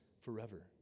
forever